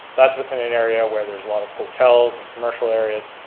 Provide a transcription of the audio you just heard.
that's within an area where there's a lot of hotels and commercial areas.